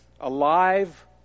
alive